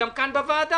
גם כאן בוועדה.